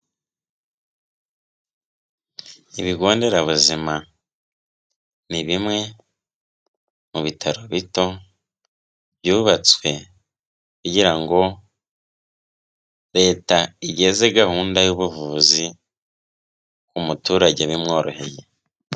Ibigo nderabuzima ni bimwe mu bitaro bito byubatswe, kugira ngo Leta igeze gahunda y'ubuvuzi ku muturage bimworoheye.